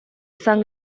izan